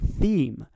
theme